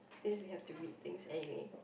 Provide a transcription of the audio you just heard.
since we have to read things anyway